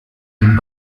den